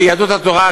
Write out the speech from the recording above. ביהדות התורה,